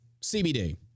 CBD